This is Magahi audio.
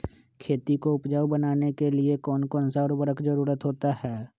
खेती को उपजाऊ बनाने के लिए कौन कौन सा उर्वरक जरुरत होता हैं?